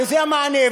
וזה המענה,